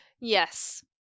Yes